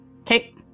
Okay